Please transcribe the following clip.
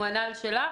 הוא ענה על שלך,